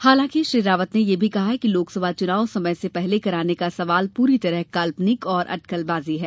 हालांकि श्री रावत ने यह भी कहा कि लोकसभा चुनाव समय से पहले कराने का सवाल पूरी तरह काल्पनिक और अटकलबाजी है